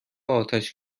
آتش